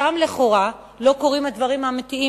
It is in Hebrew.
שם לכאורה לא קורים הדברים האמיתיים,